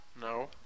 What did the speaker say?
No